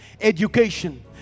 education